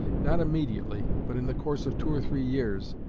not immediately, but in the course of two or three years,